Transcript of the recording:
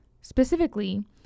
specifically